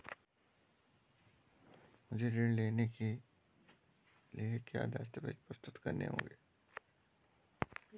मुझे ऋण लेने के लिए क्या क्या दस्तावेज़ प्रस्तुत करने होंगे?